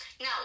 Now